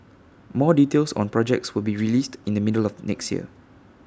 more details on projects will be released in the middle of next year